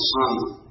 Son